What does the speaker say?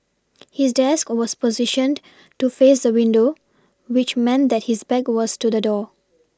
his desk was positioned to face the window which meant that his back was to the door